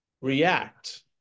react